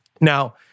Now